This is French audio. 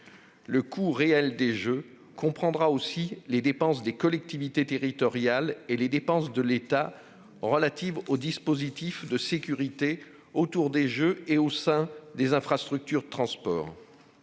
Le coût réel des Jeux comprendra aussi les dépenses des collectivités territoriales et les dépenses de l'État relatives au dispositif de sécurité autour de l'événement et au sein des infrastructures de transport.